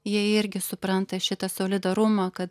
jie irgi supranta šitą solidarumą kad